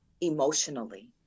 emotionally